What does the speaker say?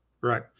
Right